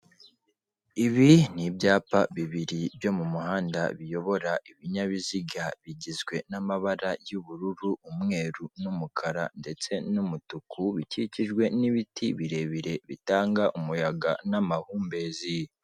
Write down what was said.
Ibi ni ibyapa bibiri byo mu muhanda biyobora ibinyabiziga, bigizwe n'amabara y'ubururu, umweru n'umukara ndetse n'umutuku, bikikijwe n'ibiti birebire bitanga umuyaga n'amahumbezi.